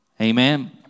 Amen